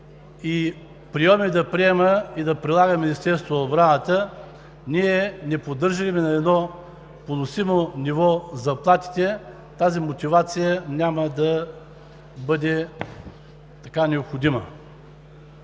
и прийоми да приема и да прилага Министерството на отбраната, ние не поддържаме ли на едно поносимо ниво заплатите – тази мотивация, няма да бъде така необходима